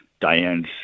Diane's